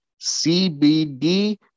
cbd